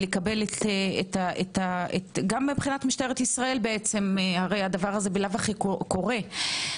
לקבל גם מבחינת משטרת ישראל הרי זה בלאו הכי קורה,